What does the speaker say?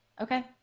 okay